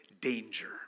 danger